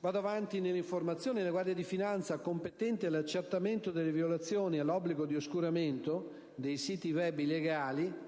La Guardia di finanza, competente all'accertamento delle violazioni all'obbligo di oscuramento dei siti *web* illegali,